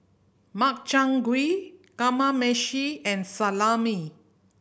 Makchang Gui Kamameshi and Salami